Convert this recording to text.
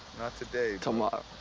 not today. tomorrow.